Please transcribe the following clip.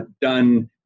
done